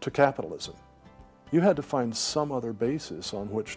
to capitalism you had to find some other basis on which